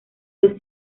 dos